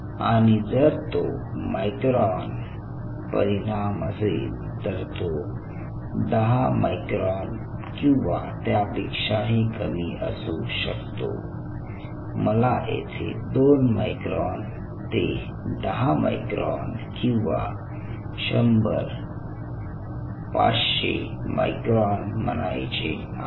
आणि जर तो मायक्रॉन परिणाम असेल तर तो 10 मायक्रॉन किंवा त्यापेक्षाही कमी असू शकतो मला येथे 2 मायक्रॉन ते 10 मायक्रॉन किंवा 100 500 मायक्रॉन म्हणायचे आहे